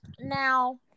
Now